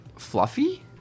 Fluffy